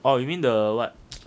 oh you mean the what